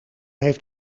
heeft